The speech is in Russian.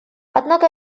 однако